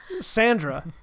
sandra